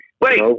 Wait